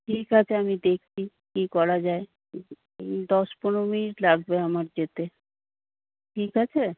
ঠিক আছে আমি দেখছি কি করা যায় দশ পনেরো মিনিট লাগবে আমার যেতে ঠিক আছে